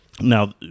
Now